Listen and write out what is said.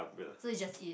so it's just it